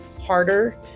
harder